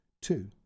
two